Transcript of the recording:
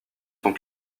sont